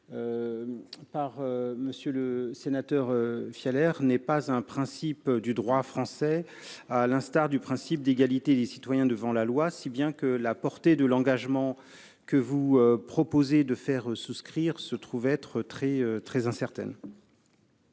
par M. le sénateur Fialaire n'est pas un principe du droit français, au contraire du principe d'égalité des citoyens devant la loi, si bien que la portée de l'engagement que vous proposez de faire souscrire se trouve être très incertaine.